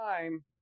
time